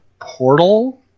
portal